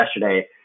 yesterday